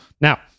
Now